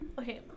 okay